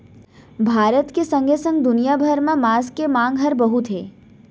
भारत के संगे संग दुनिया भर म मांस के मांग हर बहुत हे